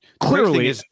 Clearly